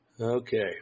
Okay